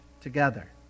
together